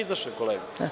Izašao je kolega.